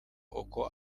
uko